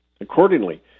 Accordingly